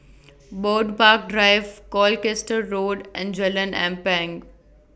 Bird Park Drive Colchester Road and Jalan Ampang